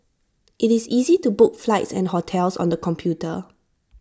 IT is easy to book flights and hotels on the computer